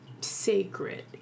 sacred